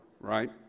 right